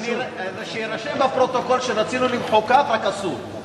שיירשם בפרוטוקול שרצינו למחוא כף, רק אסור.